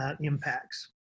impacts